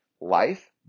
life